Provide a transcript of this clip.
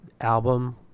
album